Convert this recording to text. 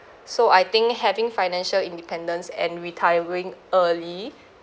so I think having financial independence and retiring early